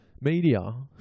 media